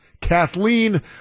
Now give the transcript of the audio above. Kathleen